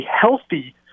healthy